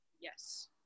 Yes